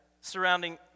surrounding